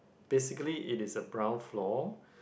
basically it is a brown floor